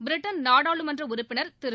Britain நாடாளுமன்ற உறுப்பினர் திரு